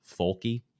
folky